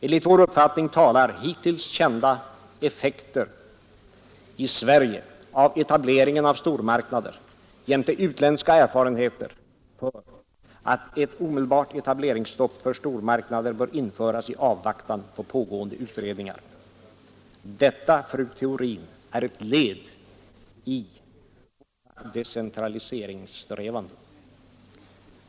Enligt vår uppfattning talar hittills kända effekter av etablering av stormarknader i Sverige, jämte utländska erfarenheter, för att ett omedelbart etableringsstopp bör införas i avvaktan på pågående utredningar. Detta, fru Theorin, är ett led i våra decentraliseringssträvanden.